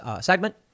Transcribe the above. segment